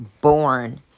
born